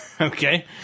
Okay